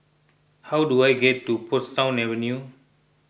how do I get to Portsdown Avenue